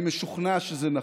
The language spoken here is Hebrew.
אני משוכנע שזה נכון.